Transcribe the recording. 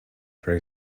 for